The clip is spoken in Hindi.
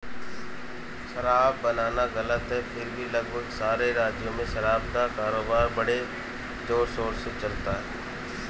शराब बनाना गलत है फिर भी लगभग सारे राज्यों में शराब का कारोबार बड़े जोरशोर से चलता है